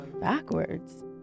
Backwards